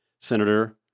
Senator